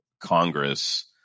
Congress